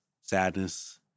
sadness